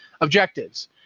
Objectives